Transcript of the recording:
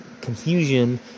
confusion